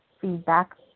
feedback